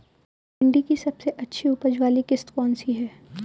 भिंडी की सबसे अच्छी उपज वाली किश्त कौन सी है?